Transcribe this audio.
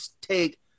take